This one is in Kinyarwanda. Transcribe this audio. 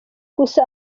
gusa